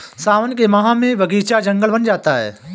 सावन के माह में बगीचा जंगल बन जाता है